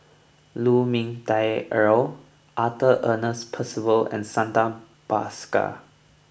Lu Ming Teh Earl Arthur Ernest Percival and Santha Bhaskar